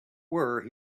were